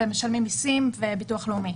משלמים מיסים וביטוח לאומי.